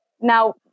now